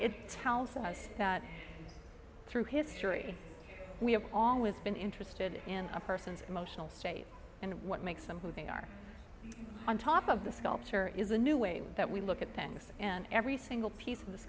it tells us that through history we have always been interested in a person's emotional state and what makes them who they are on top of the sculpture is a new way that we look at things and every single piece of th